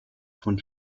von